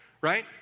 right